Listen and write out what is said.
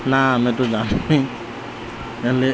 ନା ଆମେ ତୁ ଜାନୁନି ହେଲେ